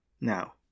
Now